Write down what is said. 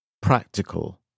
practical